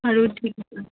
বাৰু ঠিক আছে